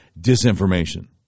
disinformation